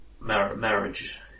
marriage